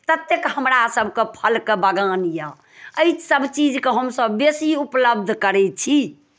ततेक हमरासभके फलके बगान यए एहिसभ चीजके हमसभ बेसी उपलब्ध करैत छी